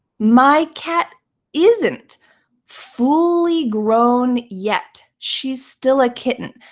my cat isn't fully grown yet. she's still a kitten.